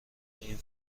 این